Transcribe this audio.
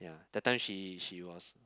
that time she she was